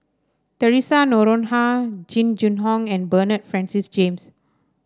Theresa Noronha Jing Jun Hong and Bernard Francis James